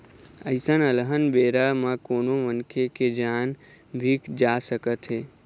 अइसन अलहन बेरा म कोनो मनखे के जान भी जा सकत हे